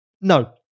no